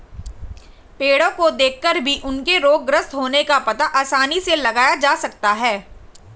पेड़ो को देखकर भी उनके रोगग्रस्त होने का पता आसानी से लगाया जा सकता है